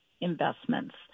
investments